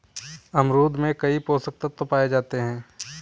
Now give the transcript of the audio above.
अमरूद में कई पोषक तत्व पाए जाते हैं